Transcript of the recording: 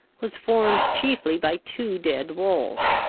was formed chiefly by two dead walls,